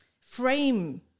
frame